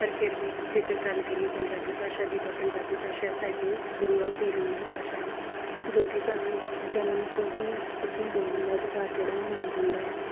ਪਰ ਫਿਰ ਵੀ ਜੇਕਰ ਗੱਲ ਕਰੀਏ ਪੰਜਾਬੀ ਭਾਸ਼ਾ ਦੀ ਤਾਂ ਪੰਜਾਬੀ ਭਾਸ਼ਾ ਸਾਡੇ ਗੁਰੂਆਂ ਪੀਰਾਂ ਦੀ ਭਾਸ਼ਾ ਹੈ ਜੋ ਕਿ ਸਾਨੂੰ ਜਨਮ ਤੋਂ ਹੀ ਇਸ ਨੂੰ ਬੋਲਣ ਦਾ ਅਧਿਕਾਰ ਜਿਹੜਾ ਉਹ ਮਿਲ ਜਾਂਦਾ ਹੈ